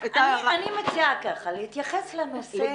אני מציעה כך: להתייחס לנושא,